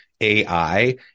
AI